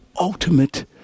ultimate